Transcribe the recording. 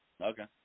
Okay